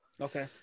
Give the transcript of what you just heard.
Okay